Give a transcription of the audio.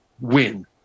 win